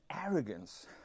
arrogance